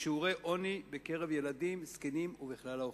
בשיעורי עוני בקרב ילדים, זקנים ובכלל האוכלוסייה.